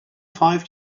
five